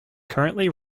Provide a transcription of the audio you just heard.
currently